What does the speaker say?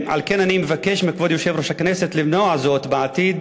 על כן אני מבקש מכבוד יושב-ראש הכנסת למנוע זאת בעתיד.